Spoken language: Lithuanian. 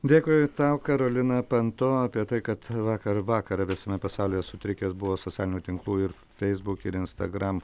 dėkui tau karolina panto apie tai kad vakar vakarą visame pasaulyje sutrikęs buvo socialinių tinklų ir feisbuk ir instagram